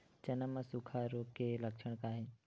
चना म सुखा रोग के लक्षण का हे?